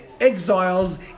exiles